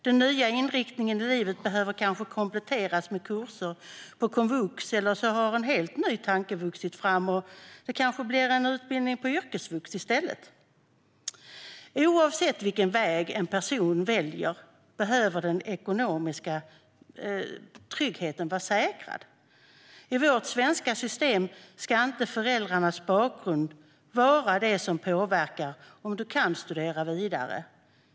Den nya inriktningen i livet behöver kanske kompletteras med kurser på komvux, eller så har en helt ny tanke vuxit fram. Det kanske blir en utbildning på yrkesvux i stället. Oavsett vilken väg en person väljer behöver den ekonomiska tryggheten vara säkrad. I vårt svenska system ska inte föräldrarnas bakgrund vara det som påverkar om man kan studera vidare.